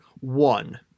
one